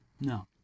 No